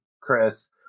Chris